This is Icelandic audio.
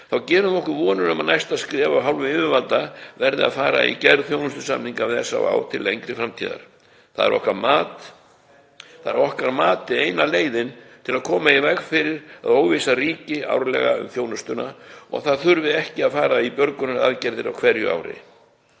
gerum við okkur vonir um að næsta skref af hálfu yfirvalda verði að fara í gerð þjónustusamninga við SÁÁ til lengri framtíðar. Það er að okkar mati eina leiðin til að koma í veg fyrir að óvissa ríki árlega um þjónustuna og að það þurfi ekki að fara í björgunaraðgerðir á hverju ári.